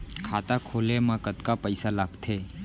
खाता खोले मा कतका पइसा लागथे?